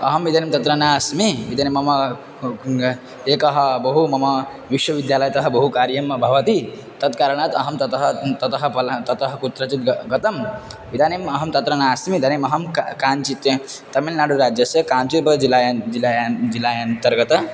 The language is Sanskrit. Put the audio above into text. अहम् इदानीं तत्र नास्मि इदानीं मम एकः बहु मम विश्वविद्यालयतः बहु कार्यं भवति तत् कारणात् अहं ततः ततः पल ततः कुत्रचित् ग गतम् इदानीम् अहं तत्र नास्मि इदानीम् अहं क काञ्चित् तमिळ्नाडुराज्यस्य काञ्चिपुर जिलायान् जिलायान् जिलायान्तर्गतम्